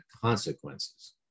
consequences